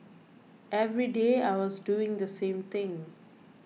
every day I was doing the same thing